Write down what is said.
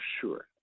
sure